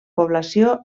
població